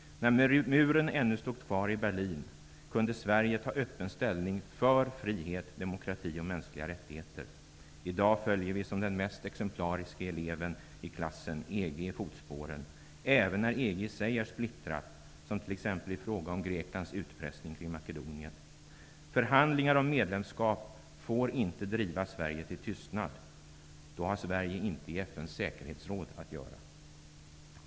När muren ännu stod kvar i Berlin, kunde Sverige ta öppen ställning för frihet, demokrati och mänskliga rättigheter. I dag följer vi som den mest exemplariske eleven i klassen EG i fotspåren, även när EG i sig är splittrat, som t.ex. i fråga om Förhandlingar om medlemskap får inte driva Sverige till tystnad. Då har Sverige inte i FN:s säkerhetsråd att göra.